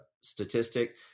statistic